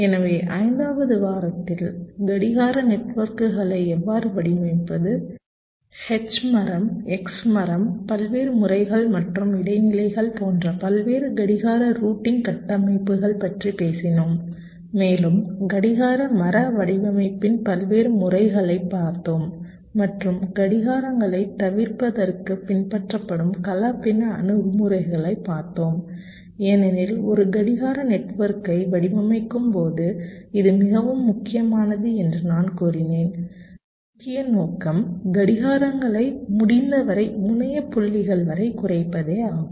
எனவே 5 வது வாரத்தில் கடிகார நெட்வொர்க்குகளை எவ்வாறு வடிவமைப்பது H மரம் X மரம் பல்வேறு முறைகள் மற்றும் இடைநிலைகள் போன்ற பல்வேறு கடிகார ரூட்டிங் கட்டமைப்புகள் பற்றி பேசினோம் மேலும் கடிகார மர வடிவமைப்பின் பல்வேறு முறைகளைப் பார்த்தோம் மற்றும் கடிகாரங்களைத் தவிர்ப்பதற்குப் பின்பற்றப்படும் கலப்பின அணுகுமுறைகள் பார்த்தோம் ஏனெனில் ஒரு கடிகார நெட்வொர்க்கை வடிவமைக்கும்போது இது மிகவும் முக்கியமானது என்று நான் கூறினேன் முக்கிய நோக்கம் கடிகாரங்களை முடிந்தவரை முனைய புள்ளிகள் வரை குறைப்பதே ஆகும்